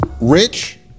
rich